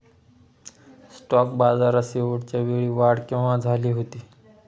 Stock बाजारात शेवटच्या वेळी वाढ केव्हा झाली होती?